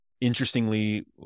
Interestingly